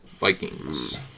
Vikings